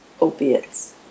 opiates